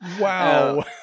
wow